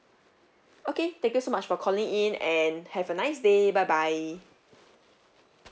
okay thank you so much for calling in and have a nice day bye bye